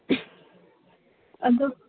ꯑꯗꯣ